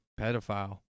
pedophile